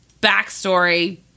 backstory